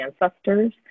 ancestors